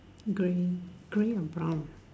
doing doing a brown